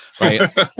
right